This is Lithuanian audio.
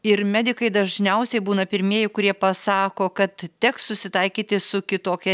ir medikai dažniausiai būna pirmieji kurie pasako kad teks susitaikyti su kitokia